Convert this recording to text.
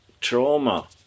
trauma